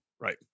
right